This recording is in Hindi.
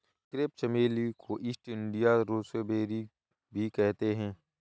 क्रेप चमेली को ईस्ट इंडिया रोसेबेरी भी कहते हैं